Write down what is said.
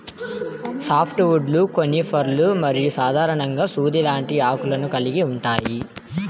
soft వుడ్లు కోనిఫర్లు మరియు సాధారణంగా సూది లాంటి ఆకులను కలిగి ఉంటాయి